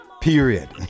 period